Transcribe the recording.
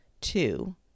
Two